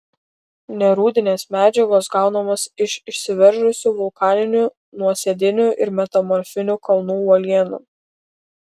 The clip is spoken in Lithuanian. nerūdinės medžiagos gaunamos iš išsiveržusių vulkaninių nuosėdinių ir metamorfinių kalnų uolienų